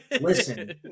listen